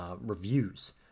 reviews